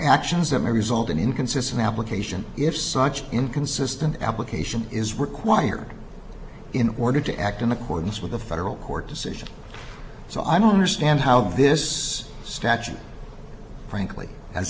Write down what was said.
actions that may result in inconsistent application if such inconsistent application is required in order to act in accordance with a federal court decision so i don't understand how this statute frankly has